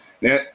now